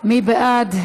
מי בעד?